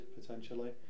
potentially